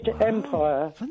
Empire